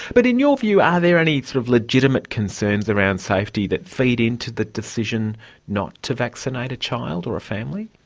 but in your view are there any sort of legitimate concerns around safety that feed into the decision not to vaccinate a child or a family?